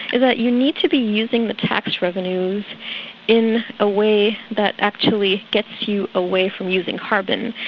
that you need to be using the tax revenues in a way that actually gets you away from using carbon.